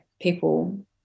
people